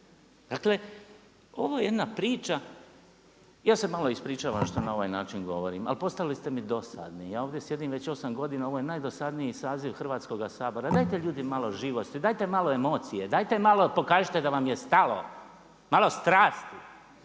Dakle, ovo je jedna priča, ja se malo ispričavam što na ovaj način govorim, ali postali ste mi dosadni, ja ovdje sjedim već 8 godina, ovo je najdosadniji saziv Hrvatskoga sabora, dajte malo ljudi živosti, dajte malo emocije, dajte malo pokažite da vam je stalo, malo strasti.